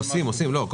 עושים, עושים.